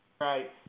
Right